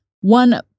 one